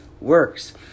works